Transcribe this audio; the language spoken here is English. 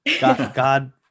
God